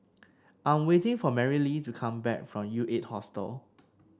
I'm waiting for Marylee to come back from U Eight Hostel